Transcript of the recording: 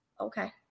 Okay